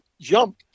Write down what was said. jump